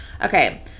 Okay